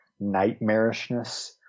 nightmarishness